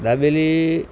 dabeli